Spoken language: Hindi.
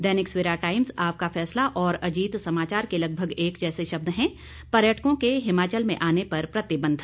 दैनिक सवेरा टाइम्स आपका फैसला और अजीत समाचार के लगभग एक जैसे शब्द हैं पर्यटकों के हिमाचल में आने पर प्रतिबंध